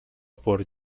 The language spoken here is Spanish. por